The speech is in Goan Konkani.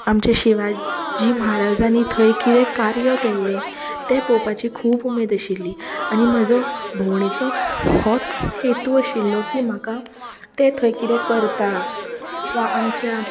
आमचे शिवाजी महाराजानीं थंय कितें कार्य केल्लें तें पोवपाची खूब उमेद आशिल्ली आनी म्हजो भोंवडेचो होच हेतू आशिल्लो की म्हाका ते थंय कितें करता वा आमच्या